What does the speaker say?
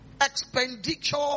expenditure